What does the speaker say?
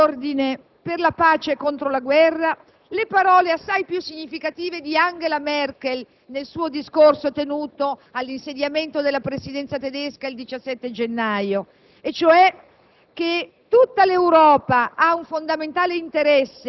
a proposito delle parole d'ordine per la pace e contro la guerra, le parole assai più significative di Angela Merkel nel suo discorso tenuto all'insediamento della Presidenza tedesca il 17 gennaio, e cioè